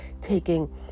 taking